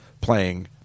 playing